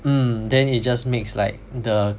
mm then it just makes like the